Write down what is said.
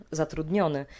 zatrudniony